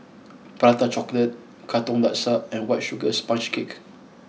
Prata Chocolate Katong Laksa and White Sugar Sponge Cake